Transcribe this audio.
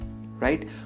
Right